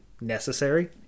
necessary